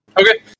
Okay